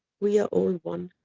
we are all one.